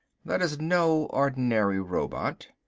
that is no ordinary robot.